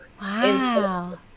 Wow